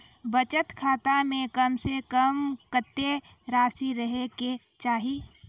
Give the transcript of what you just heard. बचत खाता म कम से कम कत्तेक रासि रहे के चाहि?